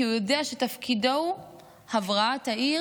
כי הוא יודע שתפקידו הוא הבראת העיר